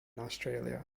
australia